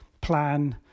plan